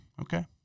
Okay